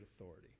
authority